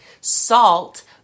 Salt